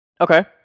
Okay